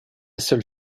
seule